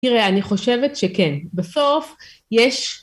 תראה, אני חושבת שכן. בסוף יש...